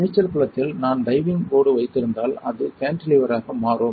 நீச்சல் குளத்தில் நான் டைவிங் போர்டு வைத்திருந்தால் அது கான்டிலீவராக மாறும்